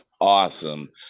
awesome